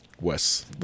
Wes